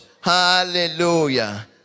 hallelujah